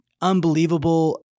unbelievable